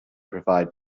provide